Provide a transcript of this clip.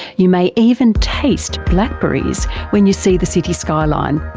you may even taste blackberries when you see the city skyline.